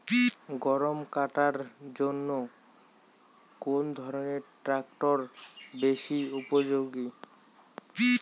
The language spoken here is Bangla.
গম কাটার জন্য কোন ধরণের ট্রাক্টর বেশি উপযোগী?